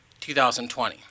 2020